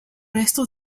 estos